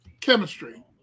chemistry